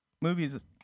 Movies